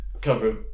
cover